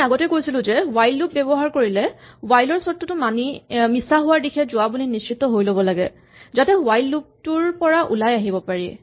আমি আগতে কৈছিলো যে হুৱাইল লুপ ব্যৱহাৰ কৰিলে হুৱাইল ৰ চৰ্তটো মিছা হোৱাৰ দিশে যোৱা বুলি নিশ্চিত হৈ ল'ব লাগে যাতে হুৱাইল লুপ টোৰ পৰা ওলাই আহিব পাৰি